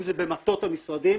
אם זה במטות המשרדים,